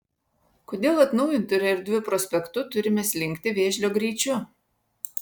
kodėl atnaujintu ir erdviu prospektu turime slinkti vėžlio greičiu